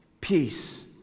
peace